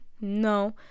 no